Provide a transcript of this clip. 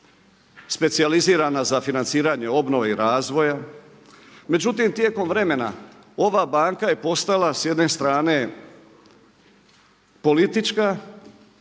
specijalizirana za financiranje obnove i razvoja. Međutim, tijekom vremena ova banka je postala s jedne strane politička,